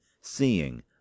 seeing